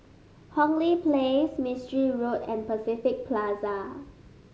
Hong Lee Place Mistri Road and Pacific Plaza